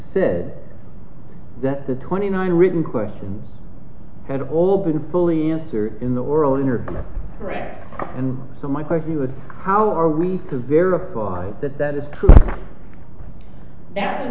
said that the twenty nine written questions had all been fully answered in the world in your right and so my question was how are we to verify that that is true that i